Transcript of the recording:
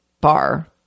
bar